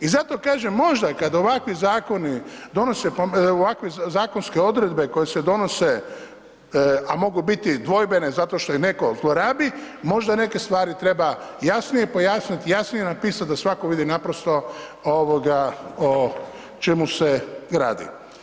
I zato kažem možda kad ovakvi zakoni donose, ovakve zakonske odredbe koje se donose a mogu biti dvojbene zato što ih netko zlorabi, možda neke stvari treba jasnije pojasniti, jasnije napisati da svatko vidi naprosto ovoga o čemu se radi.